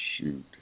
shoot